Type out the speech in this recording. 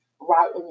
right